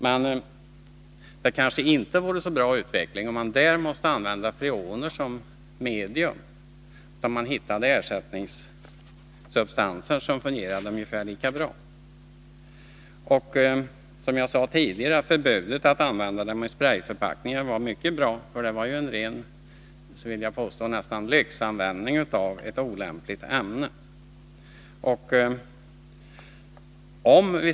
Men det kanske inte vore så bra om man där måste använda freoner som medium. Det vore önskvärt att man hittade ersättningssubstanser som fungerade ungefär lika bra. Som jag sade tidigare var förbudet att använda freoner i sprayförpackningar mycket bra. Det var, vill jag påstå, en ren lyxanvändning av ett olämpligt ämne.